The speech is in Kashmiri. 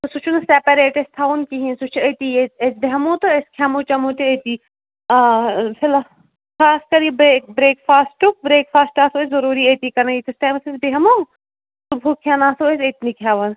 تہٕ سُہ چھُنہٕ سَپریٹ اسہِ تھاوُن کِہیٖنۍ سُہ چھُ أتی أسۍ أسۍ بیٚہمو تہٕ أسۍ کھیٚمو چیٚمو تہِ أتی آ اۭں فی الحال خاص کَر یہِ برٛیک برٛیک فاسٹُک برٛیک فاسٹہٕ آسو أسۍ ضروٗری أتی کَران ییٚتِس ٹایمَس أسۍ بیٚہمو صُبحُک کھیٚن آسو أسۍ أتنٕے کھیٚوان